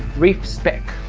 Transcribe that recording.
reef-spec.